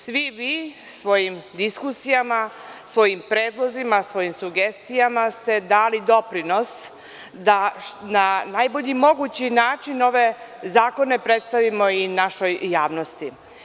Svi vi ste svojim diskusijama, svojim predlozima, svojim sugestijama dali doprinos da na najbolji mogući način ove zakone predstavimo i našoj javnosti.